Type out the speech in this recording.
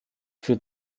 für